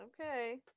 Okay